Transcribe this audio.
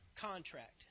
contract